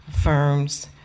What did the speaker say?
firms